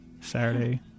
Saturday